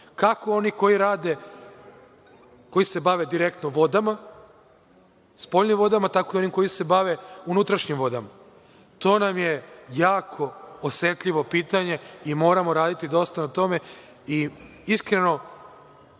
Kako oni koji rade, koji se bave direktno vodama, spoljnim vodama, tako i onim koji se bave unutrašnjim vodama. To nam je jako osetljivo pitanje i moramo raditi dosta na tome.I iskreno,